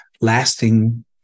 lasting